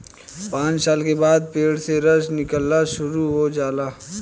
पांच साल के बाद पेड़ से रस निकलल शुरू हो जाला